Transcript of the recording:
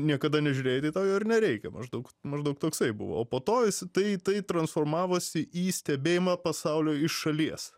niekada nežiūrėjai tai tau jo ir nereikia maždaug maždaug toksai buvo o po to jis tai tai transformavosi į stebėjimą pasaulio iš šalies